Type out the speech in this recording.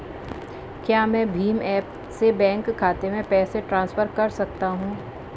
क्या मैं भीम ऐप से बैंक खाते में पैसे ट्रांसफर कर सकता हूँ?